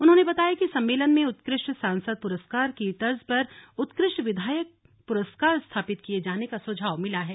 उन्होंने बताया कि सम्मेलन में उत्कृष्ट सांसद पुरस्कार की तर्ज पर उत्कृष्ट विधायक पुरस्कार स्थापित किये जाने का सुझाव मिला है